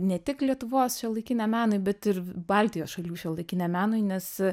ne tik lietuvos šiuolaikiniam menui bet ir baltijos šalių šiuolaikiniam menui nes